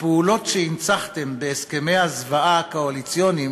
הפעולות שהנצחתם בהסכמי הזוועה הקואליציוניים